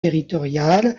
territorial